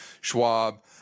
Schwab